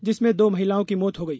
जिसमे दो महिलाओं की मौत हो गई